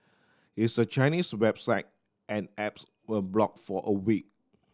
its a Chinese website and apps were block for a week